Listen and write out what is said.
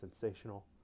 sensational